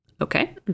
Okay